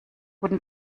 guten